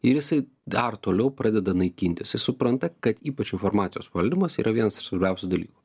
ir jisai dar toliau pradeda naikintis supranta kad ypač informacijos valdymas yra vienas iš svarbiausių dalykų